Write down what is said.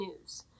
news